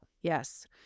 Yes